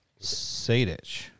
Sadich